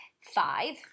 five